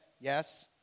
yes